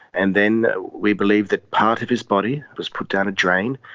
and then we believe that part of his body was put down a drain,